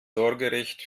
sorgerecht